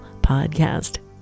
podcast